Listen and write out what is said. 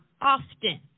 often